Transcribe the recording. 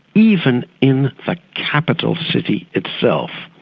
even in the capital city itself.